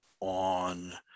on